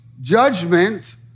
judgment